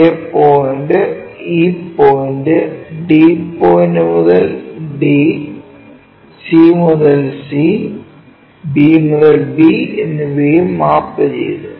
a point e point d മുതൽ d c മുതൽ c b മുതൽ b എന്നിവയും മാപ്പു ചെയ്തു